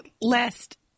Last